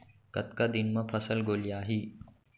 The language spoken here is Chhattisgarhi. कतका दिन म फसल गोलियाही?